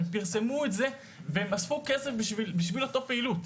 הם פרסמו את זה והם אספו כסף בשביל אותה פעילות.